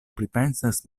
pripensas